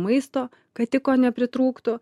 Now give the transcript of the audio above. maisto kad tik ko nepritrūktų